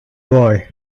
boy